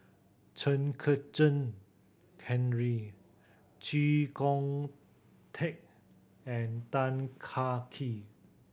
Chen Kezhan Henri Chee Kong Tet and Tan Kah Kee